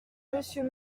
monsieur